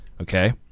Okay